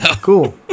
Cool